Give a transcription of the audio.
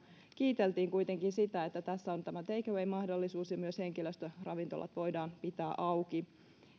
kiiteltiin kuitenkin sitä että tässä on tämä take away mahdollisuus ja myös henkilöstöravintolat voidaan pitää auki